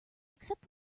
except